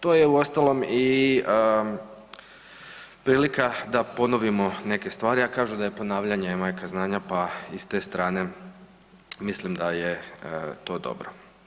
To je uostalom i prilika da ponovimo neke stvari, a kažu da je ponavljanje majka znanja, pa i s te strane mislim da je to dobro.